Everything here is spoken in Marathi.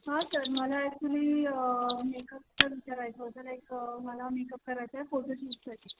हा सर मला एक्चुल्ली मेकअपचं विचारायचं होतं लाईक मला मेकअप करायचा आहे फोटोशूटसाठी